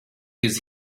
his